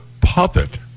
puppet